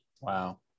Wow